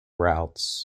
routes